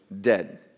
dead